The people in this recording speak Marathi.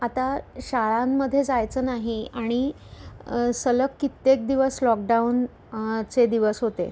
आता शाळांमध्ये जायचं नाही आणि सलग कित्येक दिवस लॉकडाऊन चे दिवस होते